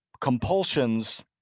compulsions